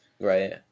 Right